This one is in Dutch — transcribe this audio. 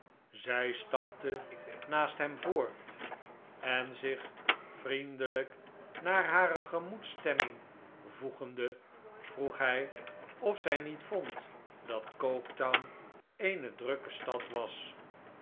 zij stapte naast hem voort en zich vriendelijk naar hare gemoedsstemming voegende vroeg hij of zij niet vond dat coketown eene drukke stad was